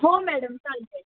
हो मॅडम चालतं आहे